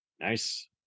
Nice